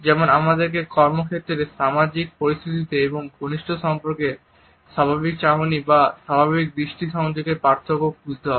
যেমন আমাদেরকে কর্মক্ষেত্রে সামাজিক পরিস্থিতিতে এবং ঘনিষ্ঠ সম্পর্কে স্বাভাবিক চাহনি বা স্বাভাবিক দৃষ্টি সংযোগের পার্থক্য খুঁজতে হবে